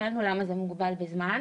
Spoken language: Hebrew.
שאלנו למה זה מוגבל בזמן,